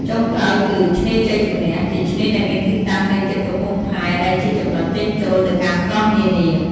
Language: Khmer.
ចុងក្រោយគឺ ឆ្នេរជ័យជំនះ ជាឆ្នេរដែលមានទីតាំងនៅជិតកំពង់ផែ ដែលជាចំណុចចេញចូលទៅកាន់កោះនានា។